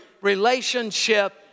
relationship